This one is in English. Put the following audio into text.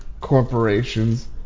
corporations